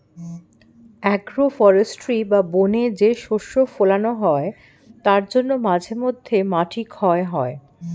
agro forestry বা বনে যে শস্য ফোলানো হয় তার জন্য মাঝে মধ্যে মাটি ক্ষয় হয়